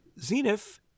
Zenith